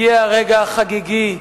הגיע הרגע החגיגי.